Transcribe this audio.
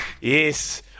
Yes